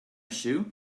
shoe